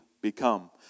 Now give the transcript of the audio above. become